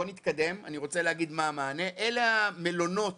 אלה המלונות